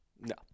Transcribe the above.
No